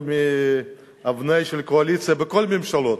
הוא מאבני הקואליציה בכל הממשלות,